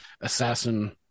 assassin